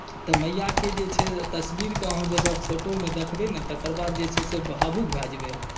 तऽ मैयाके जे छै तस्वीरकेँ अहाँ जँ फोटोमे देखबै ने तऽ तकर बाद जे छै से भावुक भए जेबै अहाँ